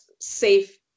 safe